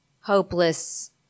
hopeless